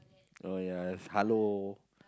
oh ya there's Halo